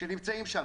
שנמצאים שם.